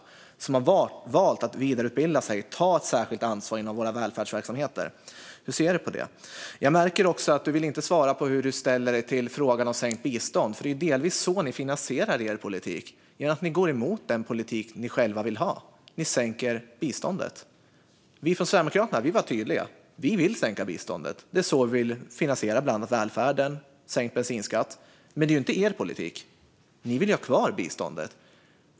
Det handlar om personer som har valt att vidareutbilda sig och ta ett särskilt ansvar inom våra välfärdsverksamheter. Hur ser ledamoten på detta? Jag märker också att ledamoten inte vill svara på hur hon ställer sig till frågan om sänkt bistånd. Det är delvis så ni finansierar er politik. Ni går emot den politik ni själva vill ha och sänker biståndet. Vi i Sverigedemokraterna var tydliga. Vi vill sänka biståndet. Så vill vi finansiera bland annat välfärden och sänkt bensinskatt. Men det är ju inte er politik. Ni vill ju ha kvar biståndet.